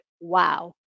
wow